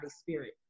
spirit